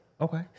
Okay